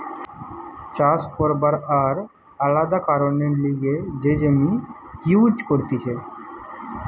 চাষ করবার আর আলাদা কারণের লিগে যে জমি ইউজ করতিছে